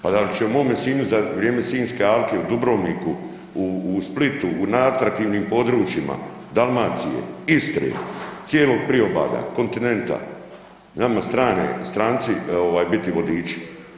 Pa da li će u mome Sinju za vrijeme Sinjske alke u Dubrovniku, u Splitu, na atraktivnim područjima Dalmacije, Istre, cijelog Priobalja, kontinenta, nama strane, stranci ovaj biti vodiči?